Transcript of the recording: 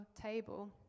table